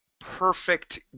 perfect